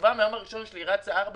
שכתובה עוד מהיום הראשון שלי, היא רצה 4